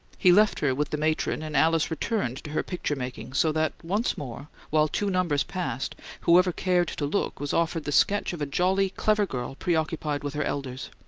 he left her with the matron, and alice returned to her picture-making, so that once more, while two numbers passed, whoever cared to look was offered the sketch of a jolly, clever girl preoccupied with her elders.